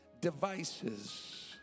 devices